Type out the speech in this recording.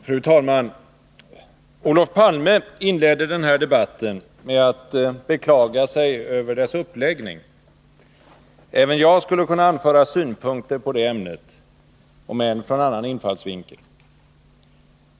Fru talman! Olof Palme inledde den här debatten med att beklaga sig över dess uppläggning. Även jag skulle kunna anföra synpunkter på det ämnet, om än från en annan infallsvinkel.